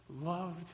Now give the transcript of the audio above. loved